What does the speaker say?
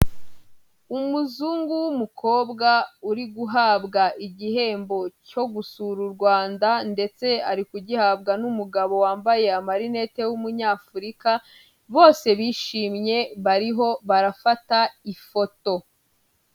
Umuzungu w'umukobwa uri guhabwa igihembo cyo gusura u Rwanda ndetse ari kugihabwa n'umugabo wambaye amarinete w'umunyafurika, bose bishimye bariho barafata ifoto.